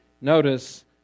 Notice